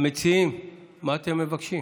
המציעים, מה אתם מבקשים?